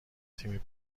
تیم